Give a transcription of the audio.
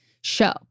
show